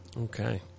Okay